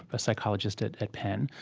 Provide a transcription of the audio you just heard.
a psychologist at at penn,